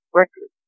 record